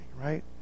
right